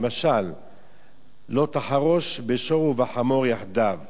למשל "לא תחרֹש בשור ובחמֹר יחדו".